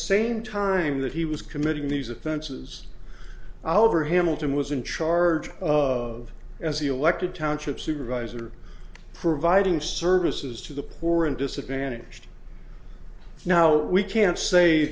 same time that he was committing these offenses however hamilton was in charge of as elected township supervisor providing services to the poor and disadvantaged now we can say